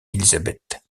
élisabeth